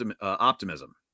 optimism